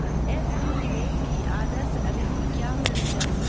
FD निवेश की आदर्श अवधि क्या होनी चाहिए?